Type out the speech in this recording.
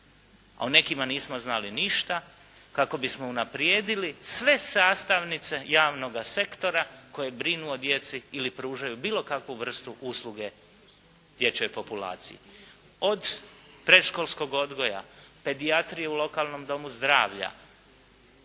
a o nekima nismo znali ništa, kako bismo unaprijedili sve sastavnice javnoga sektora koji brinu o djeci ili pružaju bilo kakvu vrstu usluge dječjoj populaciji. Od predškolskog odgoja, pedijatri u lokalnom domu zdravlja,